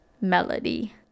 Melody